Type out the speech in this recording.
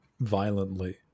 violently